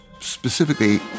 specifically